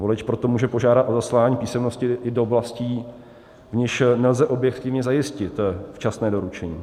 Volič proto může požádat o zaslání písemnosti i do oblastí, v nichž nelze objektivně zajistit včasné doručení.